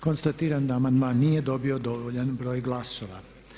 Konstatiram da amandman nije dobio dovoljan broj glasova.